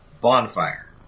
bonfire